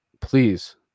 please